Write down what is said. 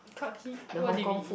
Clark Quay what did we eat